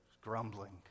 Grumbling